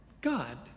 God